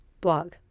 blog